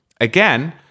again